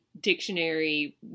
dictionary